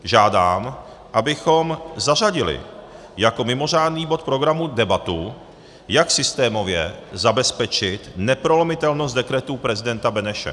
Žádám, abychom zařadili jako mimořádný bod programu debatu, jak systémově zabezpečit neprolomitelnost dekretů prezidenta Beneše.